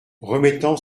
remettant